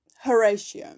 Horatio